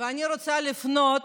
ואני רוצה לפנות